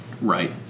Right